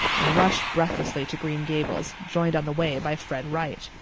and rushed breathlessly to green gables, joined on the way by fred wright.